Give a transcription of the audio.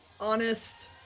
honest